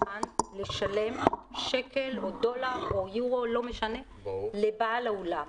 צרכן לשלם שקל או דולר או אירו לבעל האולם,